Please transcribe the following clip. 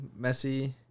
Messi